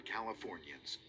Californians